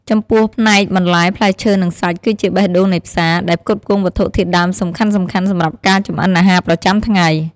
ចំពោះផ្នែកបន្លែ ផ្លែឈើ និងសាច់ គឺជាបេះដូងនៃផ្សារ ដែលផ្គត់ផ្គង់វត្ថុធាតុដើមសំខាន់ៗសម្រាប់ការចម្អិនអាហារប្រចាំថ្ងៃ។